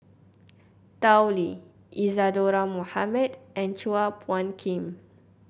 Tao Li Isadhora Mohamed and Chua Phung Kim